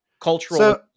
cultural